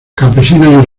campesinas